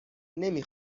نمی